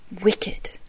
wicked